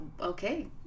okay